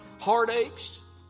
heartaches